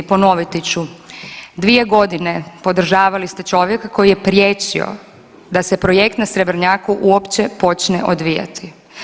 Ponoviti ću, 2.g. podržavali ste čovjeka koji je priječio da se projekt na Srebrnjaku uopće počne odvijati.